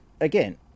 again